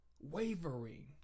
wavering